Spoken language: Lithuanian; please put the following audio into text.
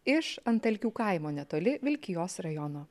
iš antalkių kaimo netoli vilkijos rajono